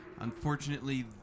Unfortunately